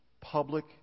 public